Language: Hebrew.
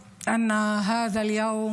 (אומרת דברים בשפה הערבית,